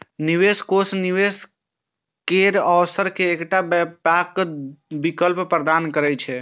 निवेश कोष निवेश केर अवसर के एकटा व्यापक विकल्प प्रदान करै छै